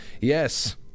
Yes